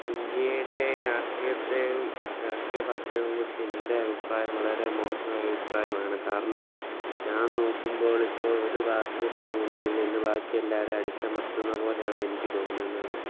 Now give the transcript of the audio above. ഇന്ത്യയിലെ രാഷ്ട്രീയത്തെയും രാഷ്ട്രീയ പാർട്ടികളെയും കുറിച്ച് എൻ്റെ അഭിപ്രായം വളരെ മോശമായ അഭിപ്രായമാണ് കാരണം ഞാൻ നോക്കുമ്പോൾ ഇപ്പോൾ ഒരു പാർട്ടി തന്നെ മുന്നിൽ നിന്നും ബാക്കി എല്ലാവരേയും അടിച്ചമർത്തുന്ന പോലെയാണ് എനിക്ക് തോന്നുന്നത്